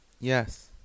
Yes